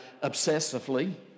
obsessively